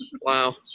Wow